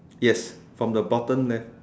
yes from the bottom left